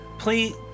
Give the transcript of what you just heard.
Please